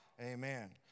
Amen